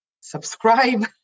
subscribe